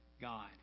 God